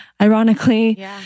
ironically